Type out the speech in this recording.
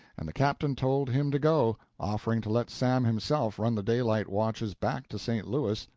and the captain told him to go, offering to let sam himself run the daylight watches back to st. louis,